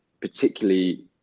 particularly